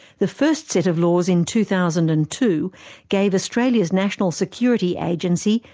the first set of laws in two thousand and two gave australia's national security agency,